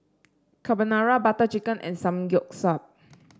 Carbonara Butter Chicken and Samgeyopsal